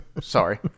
Sorry